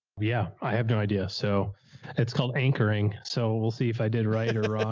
yeah. i have no idea. so it's called anchoring, so we'll see if i did right or ah